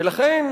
ולכן,